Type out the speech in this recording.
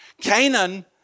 Canaan